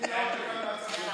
תלוי מי אומר.